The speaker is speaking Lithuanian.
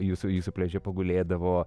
jūsų jūsų pliaže pagulėdavo